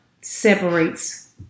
separates